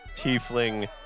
tiefling